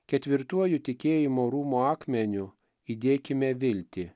ketvirtuoju tikėjimo rūmo akmeniu įdėkime viltį